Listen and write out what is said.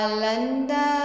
Alanda